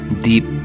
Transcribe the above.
deep